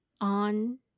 on